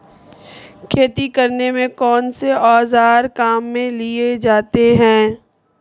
खेती करने में कौनसे औज़ार काम में लिए जाते हैं?